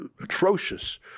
atrocious